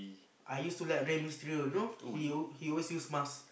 I used to like Rey-Mysterio you know he al~ he always use mask